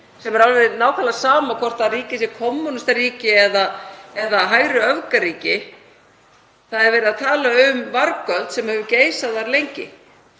sem er alveg nákvæmlega sama hvort ríkið sé kommúnistaríki eða hægriöfgaríki. Það er verið að tala um vargöld sem hefur geisað þar lengi